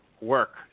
work